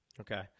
Okay